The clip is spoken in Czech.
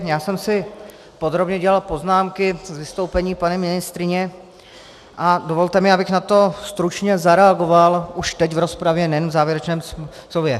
Já jsem si podrobně dělal poznámky z vystoupení paní ministryně a dovolte mi, abych na to stručně zareagoval už teď v rozpravě, nejen v závěrečném slově.